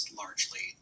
largely